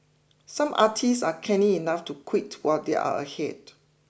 some artists are canny enough to quit while they are ahead